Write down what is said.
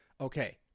Okay